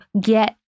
get